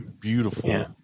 Beautiful